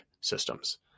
systems